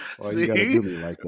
See